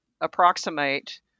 approximate